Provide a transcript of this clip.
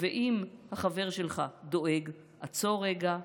ואם החבר שלך דואג, עצור רגע,